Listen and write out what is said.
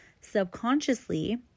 subconsciously